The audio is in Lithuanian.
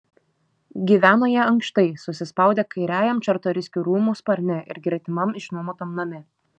gyveno jie ankštai susispaudę kairiajam čartoriskių rūmų sparne ir gretimam išnuomotam name